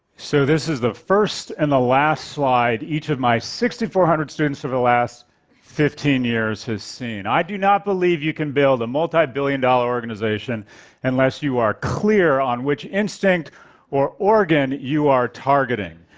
so, this is the first and the last slide each of my six thousand four hundred students over the last fifteen years has seen. i do not believe you can build a multibillion-dollar organization unless you are clear on which instinct or organ you are targeting.